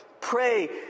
pray